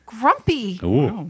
Grumpy